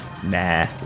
Nah